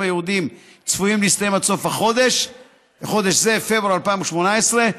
הייעודיים צפויים להסתיים עד סוף חודש זה, פברואר 2018,